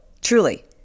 truly